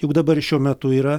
juk dabar ir šiuo metu yra